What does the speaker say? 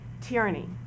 tyranny